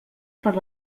per